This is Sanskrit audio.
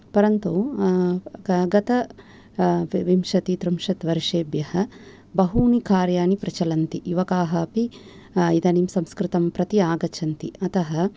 परन्तु गतविंशति त्रिंशत् वर्षेभ्यः बहूनि कार्याणि प्रचलन्ति युवकाः अपि इदानीं संस्कृतं प्रति आगच्छन्ति अतः